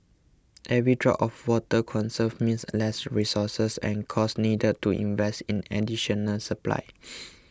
every drop of water conserved means less resources and costs needed to invest in additional supply